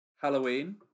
Halloween